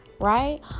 Right